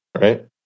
right